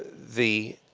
the